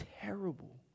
terrible